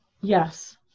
Yes